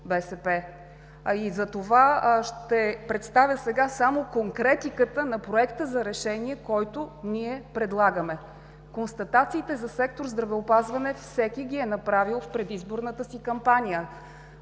БСП. Затова сега ще представя само конкретиката на Проект за решение, който ние предлагаме. Констатациите за сектор „Здравеопазване“ всеки ги е направил в предизборната си кампания,